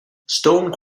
stone